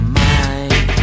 mind